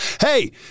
hey